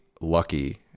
lucky